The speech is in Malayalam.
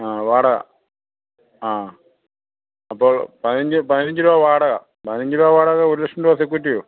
ആ വാടക ആ അപ്പോൾ പതിനഞ്ച് പതിനഞ്ച് രൂപ വാടക പതിനഞ്ച് രൂപ വാടക ഒരു ലക്ഷം രൂപ സെക്കൂര്റ്റിയോ